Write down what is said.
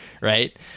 right